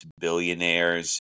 billionaires